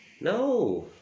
No